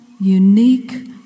unique